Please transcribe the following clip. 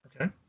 Okay